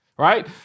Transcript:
right